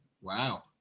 Wow